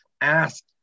Ask